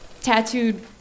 tattooed